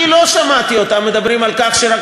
אני לא שמעתי אותם מדברים על כך שרק